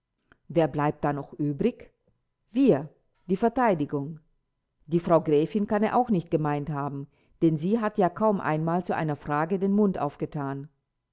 wer bleibt da noch übrig wir die verteidigung die frau gräfin kann er auch nicht gemeint haben denn sie hat ja kaum einmal zu einer frage den mund aufgetan